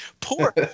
Poor